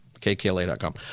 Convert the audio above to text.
kkla.com